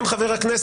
כן, חבר הכנסת.